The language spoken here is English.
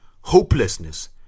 hopelessness